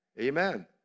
Amen